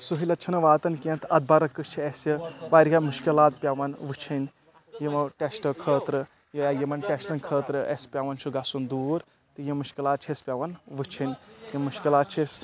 سہوٗلیت چھنہٕ واتَان کینٛہہ اَتھ برعکٕس چھِ اَسِہ واریاہ مُشکلات پٮ۪وان وٕچھِنۍ یِمو ٹٮ۪سٹو خٲطرٕ یا یِمَن ٹٮ۪سٹَن خٲطرٕ اَسِہ پٮ۪وان چھُ گژھُن دوٗر تہِ یِم مُشکلات چھِ اَسِہ پٮ۪وان وٕچھِنۍ یِم مُشکلات چھِ أسۍ